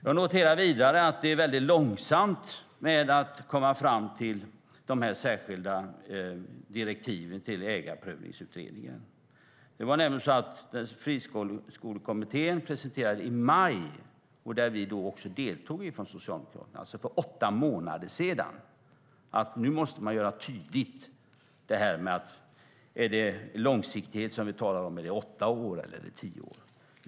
Jag noterar vidare att det går långsamt med att komma fram till de här särskilda direktiven till Ägarprövningsutredningen. Friskolekommittén - vi deltog där från Socialdemokraterna - presenterade i maj, alltså för åtta månader sedan, att man måste göra tydligt om det handlar om åtta år eller tio år när det gäller den långsiktighet som vi talar om.